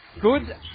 Good